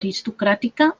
aristocràtica